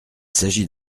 s’agit